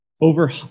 over